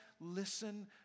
listen